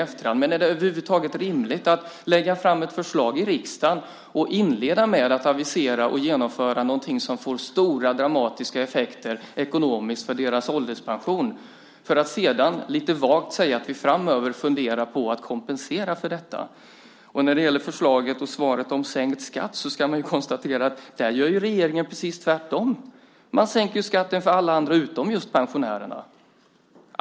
Men är det över huvud taget rimligt att lägga fram ett förslag i riksdagen och inleda med att avisera och genomföra någonting som får stora dramatiska ekonomiska effekter för deras ålderspension för att sedan lite vagt säga att man framöver funderar på att kompensera för detta? När det gäller förslaget och svaret om sänkt skatt ska det konstateras att där gör regeringen precis tvärtom. Man sänker skatten för alla utom för just pensionärerna.